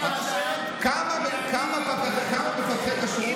כמה מפקחי כשרות,